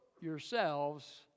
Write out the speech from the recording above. yourselves